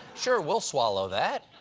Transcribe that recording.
sure, we'll swallow that?